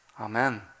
Amen